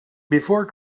before